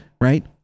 right